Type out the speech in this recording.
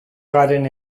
garen